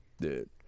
Dude